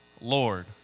Lord